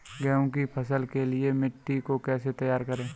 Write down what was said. गेहूँ की फसल के लिए मिट्टी को कैसे तैयार करें?